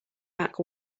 back